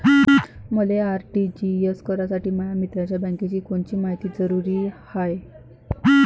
मले आर.टी.जी.एस करासाठी माया मित्राच्या बँकेची कोनची मायती जरुरी हाय?